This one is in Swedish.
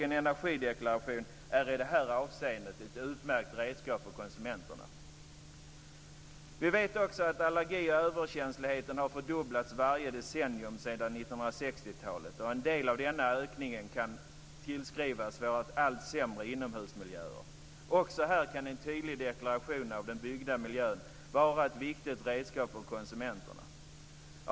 En energideklaration är i det avseendet ett utmärkt redskap för konsumenterna. Vi vet också att allergiöverkänsligheten har fördubblats varje decennium sedan 1960-talet. En del av denna ökning kan tillskrivas våra allt sämre inomhusmiljöer. Också här kan en tydlig deklaration av den byggda miljön vara ett viktigt redskap för konsumenterna.